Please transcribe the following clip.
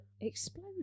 explode